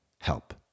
help